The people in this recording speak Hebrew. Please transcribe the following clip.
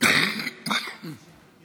חבריי חברי